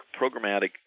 programmatic